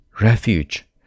refuge